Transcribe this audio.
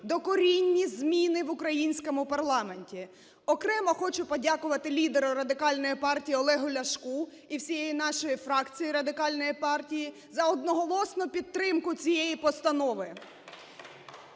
докорінні зміни в українському парламенті. Окремо хочу подякувати лідеру Радикальної партії Олегу Ляшку і всій нашій фракції Радикальної партії за одноголосну підтримку цієї постанови,